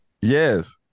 Yes